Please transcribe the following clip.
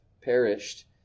perished